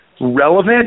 relevant